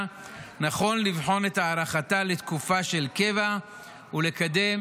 נכון לבחון את הארכתה לתקופה של קבע ולקדם